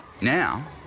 Now